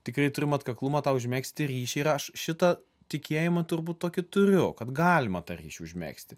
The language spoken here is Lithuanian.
tikrai turim atkaklumą tą užmegzti ryšį ir aš šitą tikėjimą turbūt tokį turiu kad galima tą ryšį užmegzti